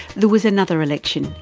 there was another election,